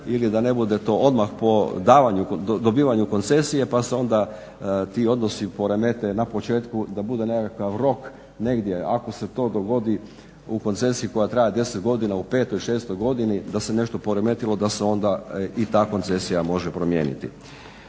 ili da ne bude to odmah po davanju, dobivanju koncesije pa se onda ti odnosi poremete na početku da bude nekakav rok negdje ako se to dogodi u koncesiji koja traje 10 godina u petoj, šestoj godini da se nešto poremetilo da se onda i ta koncesija može promijeniti.